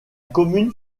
commune